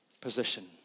position